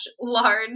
large